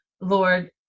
Lord